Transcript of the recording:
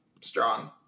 strong